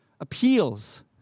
appeals